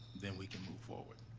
then we can move forward.